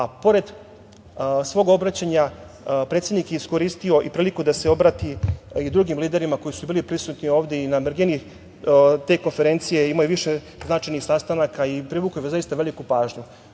a pored svog obraćanja predsednik je iskoristio i priliku da se obrati i drugim liderima koji su bili prisutni ovde i na margini te konferencije imao je više značajnih sastanaka i privukao je zaista veliku pažnju. To